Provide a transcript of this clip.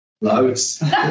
Loads